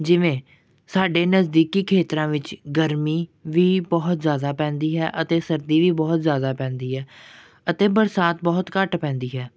ਜਿਵੇਂ ਸਾਡੇ ਨਜ਼ਦੀਕੀ ਖੇਤਰਾਂ ਵਿੱਚ ਗਰਮੀ ਵੀ ਬਹੁਤ ਜ਼ਿਆਦਾ ਪੈਂਦੀ ਹੈ ਅਤੇ ਸਰਦੀ ਵੀ ਬਹੁਤ ਜ਼ਿਆਦਾ ਪੈਂਦੀ ਹੈ ਅਤੇ ਬਰਸਾਤ ਬਹੁਤ ਘੱਟ ਪੈਂਦੀ ਹੈ